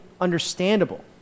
understandable